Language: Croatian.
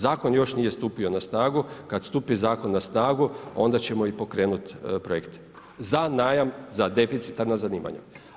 Zakon još nije stupio na snagu, kad stupi zakon na snagu, onda ćemo i pokrenuti projekt za najam za deficitarna zanimanja.